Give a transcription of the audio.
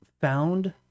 found